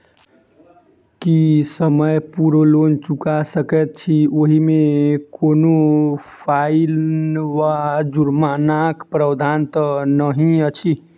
की समय पूर्व लोन चुका सकैत छी ओहिमे कोनो फाईन वा जुर्मानाक प्रावधान तऽ नहि अछि?